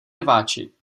rváči